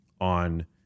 on